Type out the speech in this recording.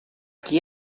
qui